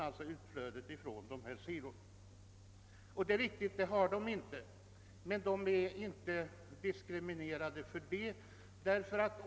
Det är riktigt att de jordbrukarna inte får detta bidrag, men de kan därför inte sägas vara diskriminerade.